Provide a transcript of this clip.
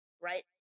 right